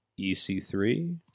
EC3